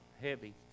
heavy